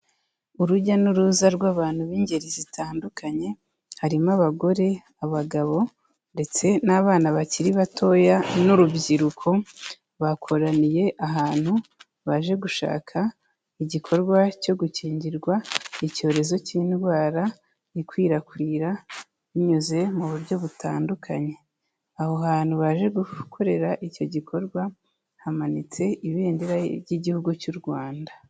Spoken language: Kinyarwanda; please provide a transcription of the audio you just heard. Urujya n'uruza rw'abantu b'ingeri zitandukanye, harimo abagore, abagabo ndetse n'abana bakiri batoya n'urubyiruko bakoraniye ahantu baje gushaka igikorwa cyo gukingirwa icyorezo cy'indwara ikwirakwira binyuze mu buryo butandukanye, aho hantu baje gukorera icyo gikorwa hamanitse ibendera ry'Igihugu cy'u Rwanda.